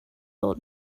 old